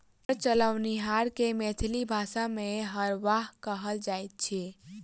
हर चलओनिहार के मैथिली भाषा मे हरवाह कहल जाइत छै